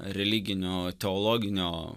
religinio teologinio